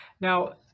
Now